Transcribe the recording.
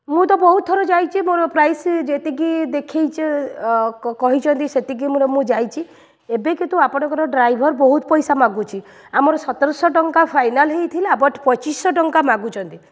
ମୁଁ ତ ବହୁତ ଥର ଯାଇଛି ମୋର ପ୍ରାଇସ୍ ଯେତିକି ଦେଖାଇଛ କହିଚନ୍ତି ସେତିକି ମୋର ମୁଁ ଯାଇଛି ଏବେ କିନ୍ତୁ ଆପଣଙ୍କର ଡ୍ରାଇଭର୍ ବହୁତ ପଇସା ମାଗୁଛି ଆମର ସତରଶହ ଟଙ୍କା ଫାଇନାଲ୍ ହେଇଥିଲା ବଟ୍ ପଚିଶି ଶହ ଟଙ୍କା ମାଗୁଛନ୍ତି